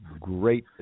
great